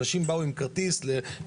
אנשים באו עם כרטיס למרכולים,